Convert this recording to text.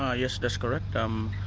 ah yes, that's correct. um